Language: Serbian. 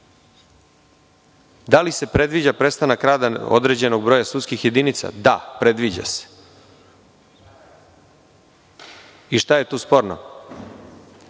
li se predviđa prestanak rada određenog broja sudskih jedinica? Da, predviđa se. Šta je tu sporno?